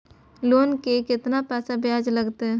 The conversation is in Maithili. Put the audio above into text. लोन के केतना पैसा ब्याज लागते?